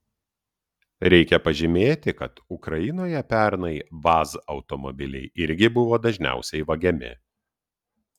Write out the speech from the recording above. reikia pažymėti kad ukrainoje pernai vaz automobiliai irgi buvo dažniausiai vagiami